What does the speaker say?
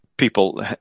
people